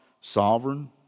sovereign